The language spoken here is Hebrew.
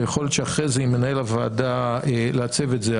ויכול להיות שאחרי זה עם מנהל הוועדה לעצב את זה,